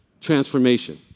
transformation